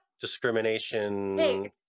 discrimination